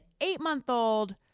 eight-month-old